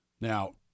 Now